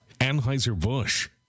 Anheuser-Busch